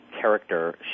character